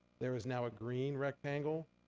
there is now a green rectangle.